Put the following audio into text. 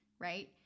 right